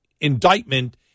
indictment